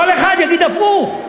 כל אחד יגיד הפוך.